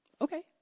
okay